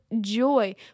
joy